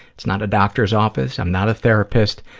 it's not a doctor's office. i'm not a therapist.